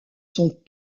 sont